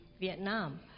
Vietnam